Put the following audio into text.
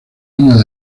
años